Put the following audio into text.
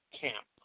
camp